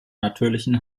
natürlichen